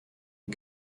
aux